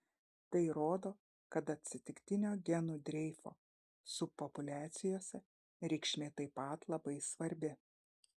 tai rodo kad atsitiktinio genų dreifo subpopuliacijose reikšmė taip pat labai svarbi